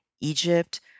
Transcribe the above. Egypt